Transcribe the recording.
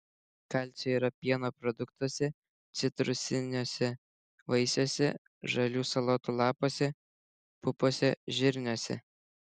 kalcio yra pieno produktuose citrusiniuose vaisiuose žalių salotų lapuose pupose žirniuose